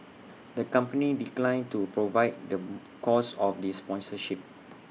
the company declined to provide the cost of these sponsorship